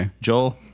Joel